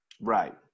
Right